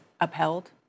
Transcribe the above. upheld